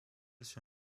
sur